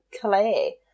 clay